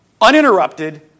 uninterrupted